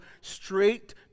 straight